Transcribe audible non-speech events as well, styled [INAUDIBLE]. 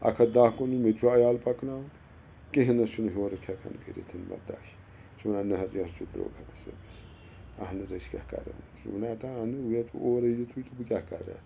اَکھ ہَتھ دَہ کُنن مےٚ تہِ چھُ عیال پَکناوُن کِہیٖنۍ نَہ حظ چھُنہٕ [UNINTELLIGIBLE] ہیٚکان کٔرِتھ برداشت یہِ چھُ وَنان نَہ حظ یہِ حظ چھُ درٛوگ ہتَس رۄپیس اہن حظ أسۍ کیٛاہ کَرو اتھ [UNINTELLIGIBLE] ہتا [UNINTELLIGIBLE] مےٚ چھُ اورٔے یِتھُے تہٕ بہٕ کیٛاہ کَرٕ اَتھ